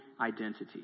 identity